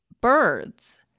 birds